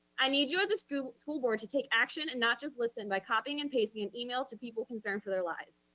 i need you as a school school board to take action and not just listen by copying and pasting an email to people concerned for their lives.